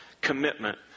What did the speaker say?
commitment